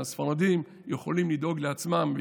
שהספרדים יכולים לדאוג לעצמם,